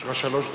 יש לך שלוש דקות.